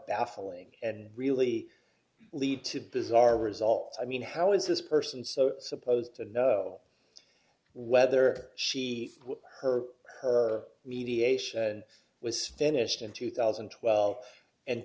baffling and really lead to bizarre results i mean how is this person so supposed to know whether she quit her her mediation was finished in two thousand and twelve and